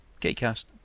Gatecast